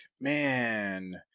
man